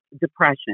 depression